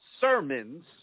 sermons